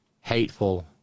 hateful